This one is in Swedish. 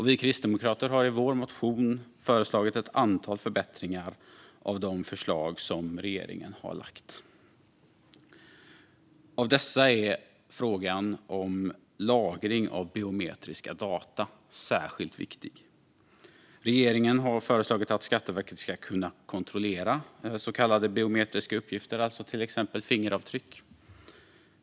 Vi kristdemokrater har i vår motion föreslagit ett antal förbättringar av de förslag som regeringen har lagt fram. Av dessa är frågan om lagring av biometriska data särskilt viktig. Regeringen har föreslagit att Skatteverket ska kunna kontrollera så kallade biometriska uppgifter, alltså till exempel fingeravtryck.